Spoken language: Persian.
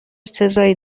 سزایی